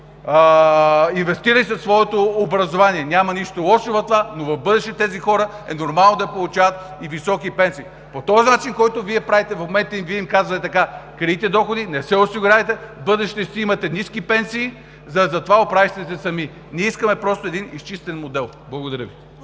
инвестирали са в своето образование – няма нищо лошо в това, но в бъдеще тези хора е нормално да получават и високи пенсии. По този начин, който правите в момента, Вие им казвате така: крийте доходи, не се осигурявайте, в бъдеще ще си имате ниски пенсии, затова оправяйте се сами. Ние искаме просто един изчистен модел. Благодаря Ви.